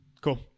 Cool